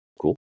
Cool